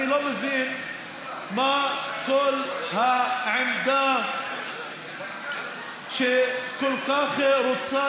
אני לא מבין מה כל העמדה שכל כך רוצה